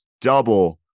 double